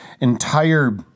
entire